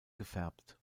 gefärbt